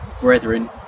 Brethren